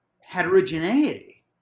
heterogeneity